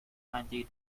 twenty